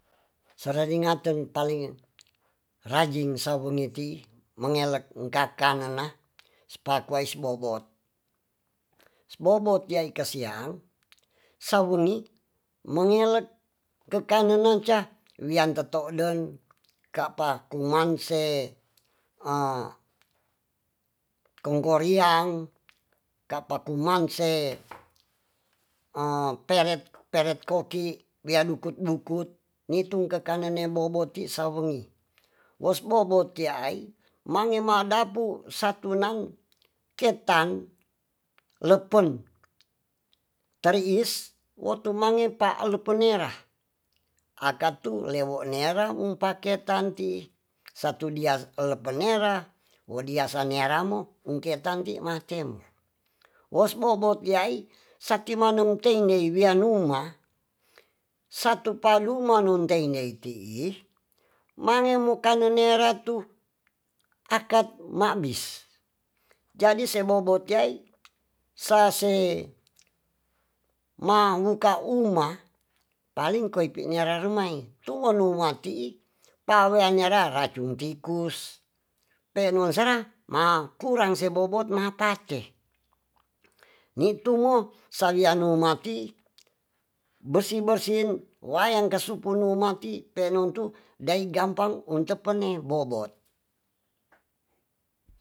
Sororingaton paling rajing sawengiti mangelek ingka kanena spakuais bobot sbobot iaikasiang sawengi mengelek kekanenca wiantato'den ka' pakumanse kongkoriang ka'pa kumangse peret peret koki wiadukut dukut nitung kekanen neaboboti sawengi wosbobot tiai mangemadapu satunang ketan lepen tariis wo tumange pa lapenera akatung lewo' nera wungpaketan ti satu dias lapenera wo dias sanearamo engke tanti matemu wos bobot diai sati manung teinde wianuma satupaduma nuntendei ti'i mangemo kangen nea ratu akad ma'bis jadi sebobot jai sase ma muka uma paling koipi niararemai tungolungati pawewanara racun tikus penuansara ma kurang se bobot mapate nitunggu sawianu mati bersin bersin wayankasupunuma mati penuntu dai gampang uncepene bobot.